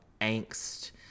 angst